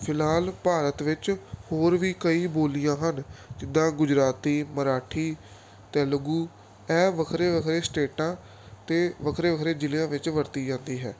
ਫਿਲਹਾਲ ਭਾਰਤ ਵਿੱਚ ਹੋਰ ਵੀ ਕਈ ਬੋਲੀਆਂ ਹਨ ਜਿੱਦਾਂ ਗੁਜਰਾਤੀ ਮਰਾਠੀ ਤੇਲਗੂ ਇਹ ਵੱਖਰੇ ਵੱਖਰੇ ਸਟੇਟਾਂ ਅਤੇ ਵੱਖਰੇ ਵੱਖਰੇ ਜ਼ਿਲ੍ਹਿਆਂ ਵਿੱਚ ਵਰਤੀ ਜਾਂਦੀ ਹੈ